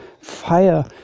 fire